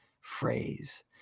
phrase